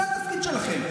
זה התפקיד שלכם.